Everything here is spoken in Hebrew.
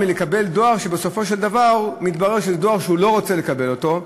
לקבל דואר שבסופו של דבר מתברר שזה דואר שהוא לא רוצה לקבל אותו,